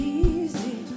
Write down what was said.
easy